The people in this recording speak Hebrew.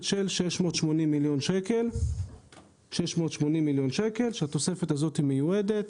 של 680 מיליון שקלים כאשר התוספת הזאת מיועדת